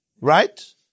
Right